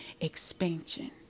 expansion